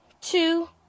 two